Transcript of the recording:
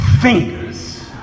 fingers